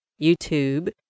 YouTube